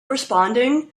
responding